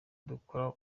dukora